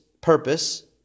purpose